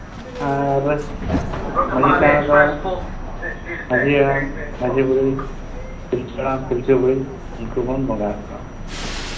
ᱟᱨ ᱢᱟᱹᱡᱷᱤ ᱛᱷᱟᱱ ᱨᱮᱫᱚ ᱢᱟᱹᱡᱷᱤ ᱦᱟᱲᱟᱢ ᱢᱟᱹᱡᱷᱤ ᱵᱩᱲᱦᱤ ᱯᱤᱞᱪᱩ ᱦᱟᱲᱟᱢ ᱯᱤᱞᱪᱩ ᱵᱩᱲᱦᱤ ᱩᱱᱠᱩ ᱵᱚᱱ ᱵᱚᱸᱜᱟ ᱟᱠᱚᱣᱟ